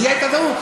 לי הייתה טעות?